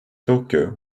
tokyo